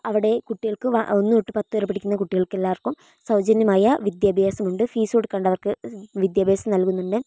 അവിടെ കുട്ടികൾക്ക് ഒന്ന് തൊട്ടു പത്ത് വരെ പഠിക്കുന്ന കുട്ടികൾക്കെല്ലാവർക്കും സൗജന്യമായ വിദ്യാഭ്യാസമുണ്ട് ഫീസ് കൊടുക്കാണ്ട് അവർക്ക് വിദ്യാഭ്യാസം നൽകുന്നുണ്ട്